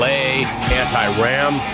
anti-Ram